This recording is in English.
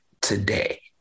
today